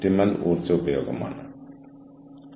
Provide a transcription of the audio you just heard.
network buffer ചെയ്യുക